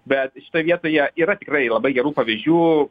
bet šitoj vietoje yra tikrai labai gerų pavyzdžių